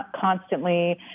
constantly